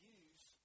use